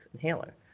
inhaler